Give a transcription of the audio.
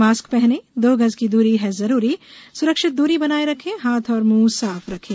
mask पहनें दो गज दूरी है जरूरी सुरक्षित दूरी बनाये रखें हाथ और मुंह साफ रखें